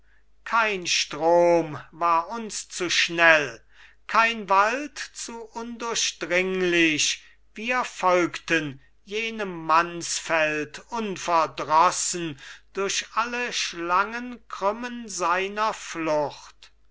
kein strom war uns zu schnell kein wald zu undurchdringlich wir folgten jenem mansfeld unverdrossen durch alle schlangenkrümmen seiner flucht